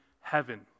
heaven